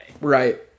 Right